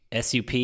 SUP